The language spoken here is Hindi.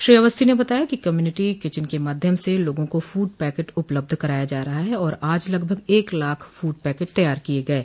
श्री अवस्थी ने बताया कि कम्युनिटी किंचिन के माध्यम से लोगों को फूड पैकेट उपलब्ध कराया जा रहा है और आज लगभग एक लाख फूड पैकेट तैयार किये गये